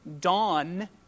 dawn